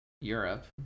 Europe